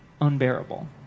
unbearable